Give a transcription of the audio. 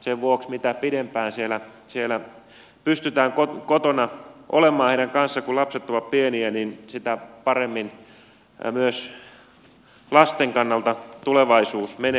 sen vuoksi mitä pidempään pystytään kotona olemaan lasten kanssa kun he ovat pieniä niin sitä paremmin myös lasten kannalta tulevaisuus menee